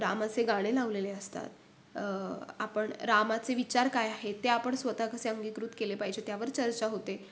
रामाचे गाणे लावलेले असतात आपण रामाचे विचार काय आहे ते आपण स्वतः कसे अंगीकृत केले पाहिजे त्यावर चर्चा होते